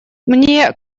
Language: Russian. мне